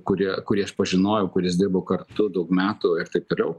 kurį kurį aš pažinojau kuris dirbo kartu daug metų ir taip toliau